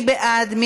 מי בעד?